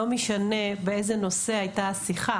לא משנה באיזה נושא הייתה השיחה